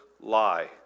lie